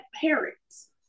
parents